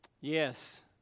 Yes